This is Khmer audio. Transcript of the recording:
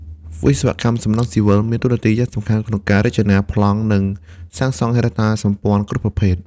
វិស្វកម្មសំណង់ស៊ីវិល មានតួនាទី យ៉ាងសំខាន់ ក្នុងការ រចនា ប្លង់ និងសាងសង់ហេដ្ឋារចនាសម្ព័ន្ធ គ្រប់ប្រភេទ។